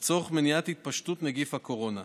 לצורך מניעת התפשטות נגיף הקורונה.